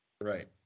right